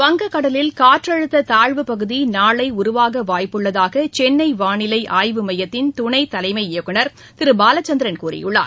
வங்கக் கடலில் காற்றழுத்த தாழ்வுப் பகுதி நாளை உருவாக வாய்ப்புள்ளதாக சென்னை வானிலை ஆய்வு மையத்தின் துணை தலைமை இயக்குநர் திரு பாலச்சந்திரன் கூறியுள்ளார்